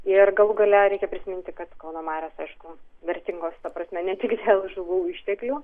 ir galų gale reikia prisiminti kad kauno marios aišku vertingos ta prasme ne tik dėl žuvų išteklių